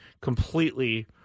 completely